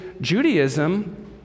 Judaism